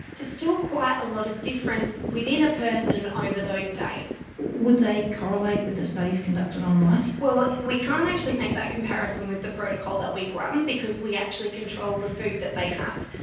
still quite a lot of difference within a person over those days. would they correlate with the studies conducted on mice? well, we can't actually make that comparison with the protocol that we've run, because we actually controlled the food that they have.